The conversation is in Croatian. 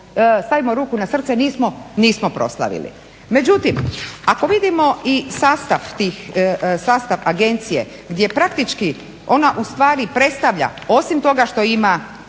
stavimo ruku na srce nismo proslavili. Međutim, ako vidimo i sastav agencije gdje praktički ona ustvari predstavlja osim toga što ima